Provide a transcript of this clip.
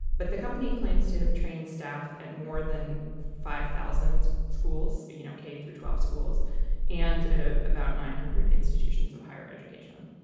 but the company claims to have trained staff at more than five thousand schools, you know, k through twelve schools and at ah about nine hundred institutions of higher education.